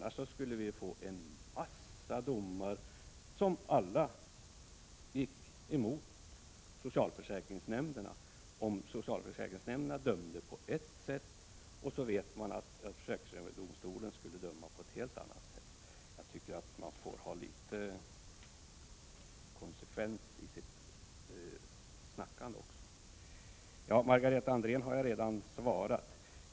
Vi skulle få en massa domar som alla gick emot socialförsäkringsnämnderna om de dömde på ett sätt och man visste att försäkringsöverdomstolen skulle döma på ett helt annat sätt. Man får väl vara någorlunda konsekvent i det man säger. Margareta Andrén har jag redan svarat.